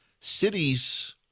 Cities